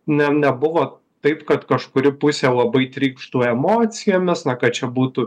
ne nebuvo taip kad kažkuri pusė labai trykštų emocijomis na kad čia būtų